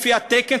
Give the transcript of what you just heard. לפי התקן,